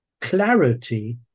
clarity